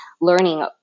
learning